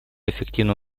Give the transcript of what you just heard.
эффективное